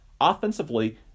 offensively